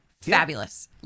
fabulous